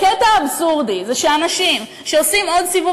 הקטע האבסורדי הוא שאנשים שעושים עוד סיבוב